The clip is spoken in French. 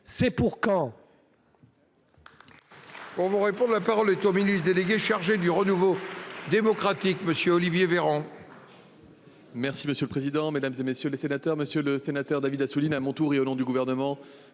c'est pour quand ?